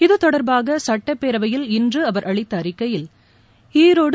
இத்தொடர்பாக சட்டப்பேரவையில் இன்று அவர் அளித்த அறிக்கையில் ஈரோடு